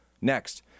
Next